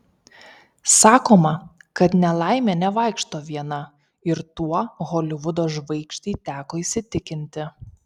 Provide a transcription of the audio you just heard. sakoma kad nelaimė nevaikšto viena ir tuo holivudo žvaigždei teko įsitikinti